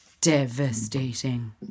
devastating